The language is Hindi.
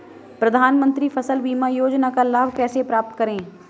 प्रधानमंत्री फसल बीमा योजना का लाभ कैसे प्राप्त करें?